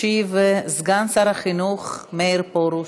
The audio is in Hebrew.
ישיב סגן שר החינוך מאיר פרוש,